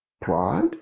Pride